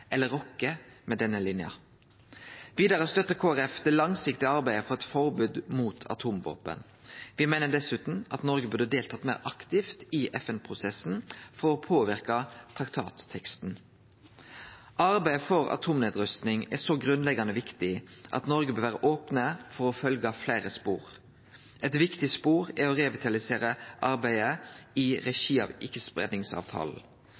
eller rokkar ved denne linja. Vidare støttar Kristeleg Folkeparti det langsiktige arbeidet for eit forbod mot atomvåpen. Me meiner dessutan at Noreg burde deltatt meir aktivt i FN-prosessen for å påverke traktatteksten. Arbeidet for atomnedrusting er så grunnleggjande viktig at Noreg bør vere ope for å følgje fleire spor. Eit viktig spor er å revitalisere arbeidet i